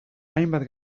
hainbat